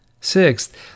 Sixth